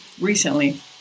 recently